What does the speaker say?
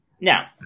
Now